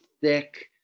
thick